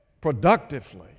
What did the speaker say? productively